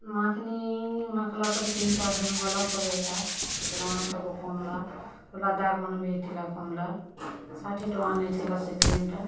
ମାଖ୍ନି ମାଖ୍ଲା ପରେ ତିନ୍ ଚାର୍ ଦିନ୍ ଗଲା ପରେ ଏକା ବ୍ରଣ ସବୁ କମ୍ଲା କଲା ଦାଗ୍ ମାନେ ବି ହେଇଥିଲା କମ୍ଲା ଷାଠେ ଟଙ୍ଗା ନେଇଥିଲା ସେ କ୍ରିମ୍ ଟା